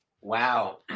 Wow